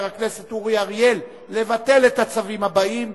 הכנסת אורי אריאל לבטל את הצווים הבאים,